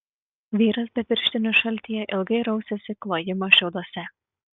vyras be pirštinių šaltyje ilgai rausėsi klojimo šiauduose